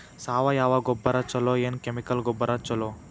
ಸಾವಯವ ಗೊಬ್ಬರ ಛಲೋ ಏನ್ ಕೆಮಿಕಲ್ ಗೊಬ್ಬರ ಛಲೋ?